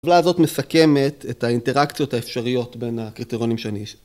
הטבלה הזאת מסכמת את האינטראקציות האפשריות בין הקריטריונים שאני...